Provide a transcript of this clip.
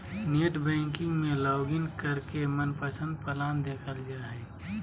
net banking में login करके मनपसंद प्लान देखल जा हय